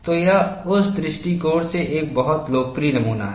तो यह उस दृष्टिकोण से एक बहुत लोकप्रिय नमूना है